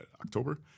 October